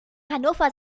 hannover